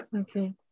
Okay